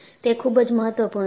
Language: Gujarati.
તે ખૂબ જ મહત્વપૂર્ણ છે